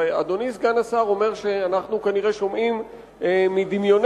ואדוני סגן השר אומר שאנחנו כנראה שומעים מדמיוננו,